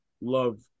love